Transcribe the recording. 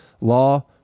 Law